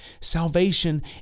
Salvation